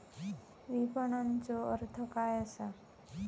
विपणनचो अर्थ काय असा?